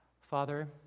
Father